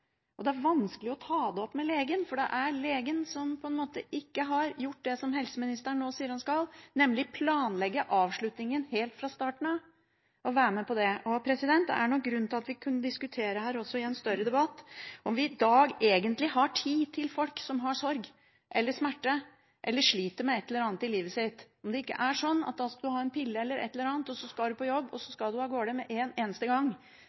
Det er også vanskelig å ta det opp med legen, for det er legen som ikke har gjort det helseministeren nå sier at legen skal, nemlig å planlegge avslutningen helt fra starten av og være med på den. Det er nok grunnlag for at vi også kunne diskutere her i en større debatt om vi i dag egentlig har tid til folk som har sorg eller smerte eller sliter med et eller annet i livet sitt – om det ikke er sånn at man da skal ha en pille eller et eller annet, og så skal man på jobb og av gårde med en eneste gang.